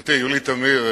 גברתי יולי תמיר,